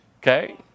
Okay